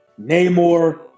namor